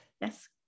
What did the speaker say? Yes